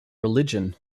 religion